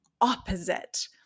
opposite